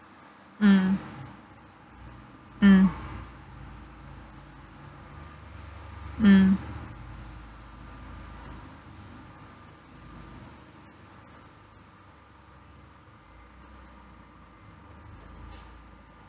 mm mm mm